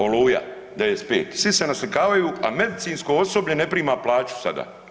Oluja '95, svi se naslikavaju, a medicinsko osoblje ne prima plaću sada.